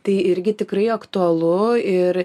tai irgi tikrai aktualu ir